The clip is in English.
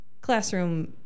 classroom